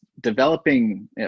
developing